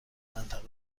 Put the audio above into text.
منطقه